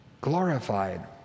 glorified